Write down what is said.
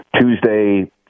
Tuesday